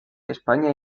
españa